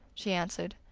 she answered.